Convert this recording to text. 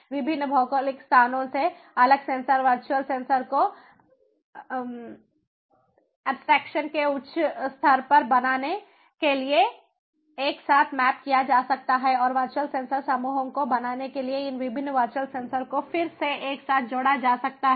विभिन्न भौगोलिक स्थानों से अलग सेंसर वर्चुअल सेंसर को एब्सट्रैक्शन के उच्च स्तर पर बनाने के लिए एक साथ मैप किया जा सकता है और वर्चुअल सेंसर समूहों को बनाने के लिए इन विभिन्न वर्चुअल सेंसर को फिर से एक साथ जोड़ा जा सकता है